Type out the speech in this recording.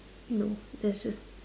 no there's just